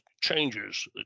changes